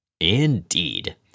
Indeed